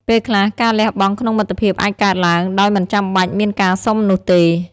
ពេលខ្លះ ការលះបង់ក្នុងមិត្តភាពអាចកើតឡើង ដោយមិនចាំបាច់មានការសុំនោះទេ។